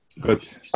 good